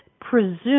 presume